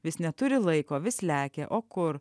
vis neturi laiko vis lekia o kur